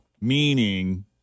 meaning